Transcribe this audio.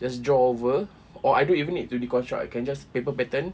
just draw over or I don't even need to deconstruct I can just paper pattern